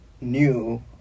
new